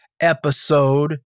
episode